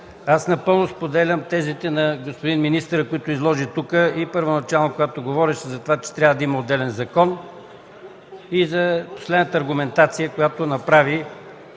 Аз напълно споделям тезите на господин министъра, които изложи тук и първоначално, когато говореше, че трябва да има отделен закон, както и последната аргументация, която направи